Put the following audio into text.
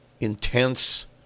intense